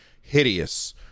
hideous